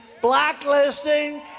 blacklisting